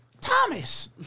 Thomas